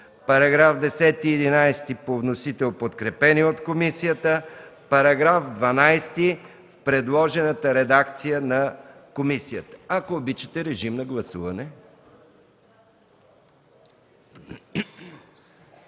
§ 10 и § 11 по вносител, подкрепени от комисията; § 12 – в предложената редакция на комисията. Ако обичате, режим на гласуване.